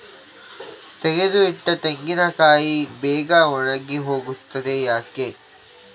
ತೆಗೆದು ಇಟ್ಟ ತೆಂಗಿನಕಾಯಿ ಬೇಗ ಒಣಗಿ ಹೋಗುತ್ತದೆ ಯಾಕೆ?